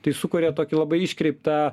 tai sukuria tokį labai iškreiptą